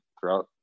throughout